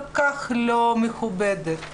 האפשר,